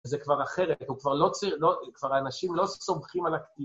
זה כבר אחרת, הוא כבר לא צריך, כבר אנשים לא סומכים על הכתי...